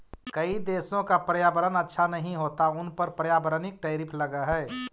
कई देशों का पर्यावरण अच्छा नहीं होता उन पर पर्यावरणिक टैरिफ लगअ हई